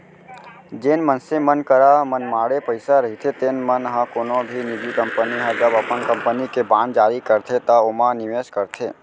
जेन मनसे मन करा मनमाड़े पइसा रहिथे तेन मन ह कोनो भी निजी कंपनी ह जब अपन कंपनी के बांड जारी करथे त ओमा निवेस करथे